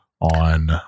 on